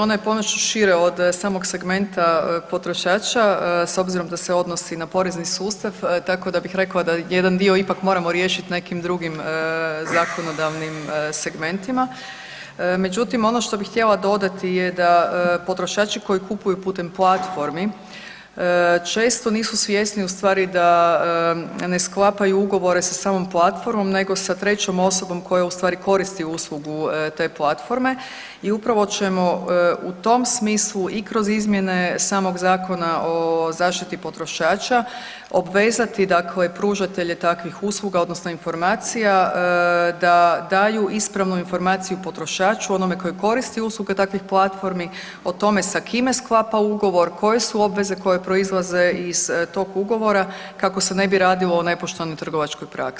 Otići ću šire od samog segmenta potrošača, s obzirom da se odnosi na porezni sustav, tako da bih rekla da jedan dio ipak moram riješiti nekim drugim zakonodavnim segmentima međutim ono što bi htjela dodati je da potrošači koji kupuju putem platformi često nisu svjesni ustvari da ne sklapaju ugovore sa samom platformom nego sa trećom osobom koja ustvari koristi uslugu te platforme i upravo ćemo u tom smislu i kroz izmjene samog Zakona o zaštiti potrošača, obvezati dakle pružatelje takvih usluga odnosno informacija da daju ispravnu informaciju potrošaču, onome ko koristi usluge takvih platformi, o tome sa kime sklapa ugovor, koje su obveze koje proizlaze iz tog ugovora kako se ne bi radilo o nepoštenoj trgovačkoj praksi.